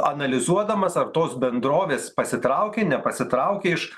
analizuodamas ar tos bendrovės pasitraukė nepasitraukė iš